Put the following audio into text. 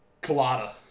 Colada